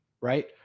right